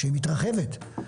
שהיא מתרחבת.